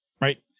right